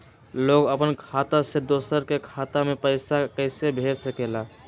लोग अपन खाता से दोसर के खाता में पैसा कइसे भेज सकेला?